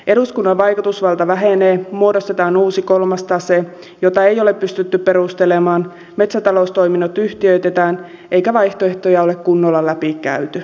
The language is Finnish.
eduskunnan vaikutusvalta vähenee muodostetaan uusi kolmas tase jota ei ole pystytty perustelemaan metsätaloustoiminnot yhtiöitetään eikä vaihtoehtoja ole kunnolla läpikäyty